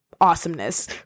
awesomeness